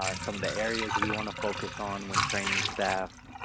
ah some of the areas we want to focus on when training staff,